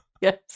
Yes